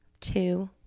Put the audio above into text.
two